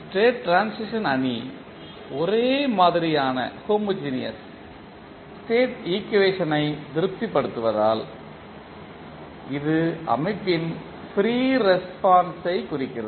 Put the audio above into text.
state transition அணி ஒரே மாதிரியான ஸ்டேட் ஈக்குவேஷனை திருப்திப்படுத்துவதால் இது அமைப்பின் ஃப்ரீ ரெஸ்பான்ஸ் ஐ க் குறிக்கிறது